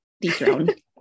dethroned